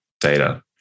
data